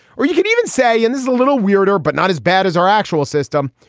or you could even say and this is a little weirder but not as bad as our actual system.